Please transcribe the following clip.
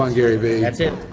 ah gary vee. that's it.